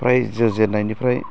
रायजो जाजेननायनिफ्राय